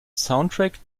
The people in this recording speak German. soundtrack